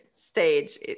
Stage